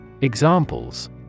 Examples